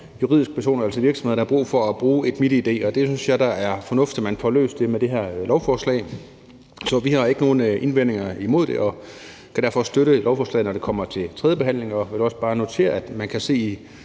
juridiske personer, altså virksomheder, der har brug for at bruge et MitID, og jeg synes da, det er fornuftigt, at man får løst det med det her lovforslag. Så vi har ikke nogen indvendinger imod det og kan derfor støtte lovforslaget, når det kommer til tredje behandling. Jeg vil også bare notere, at man kan se i